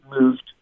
moved